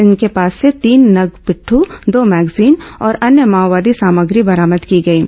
इनके पास से तीन नग पिट्ढू दो भैग्जीन और अन्य माओवादी सामग्री बरामद की गई है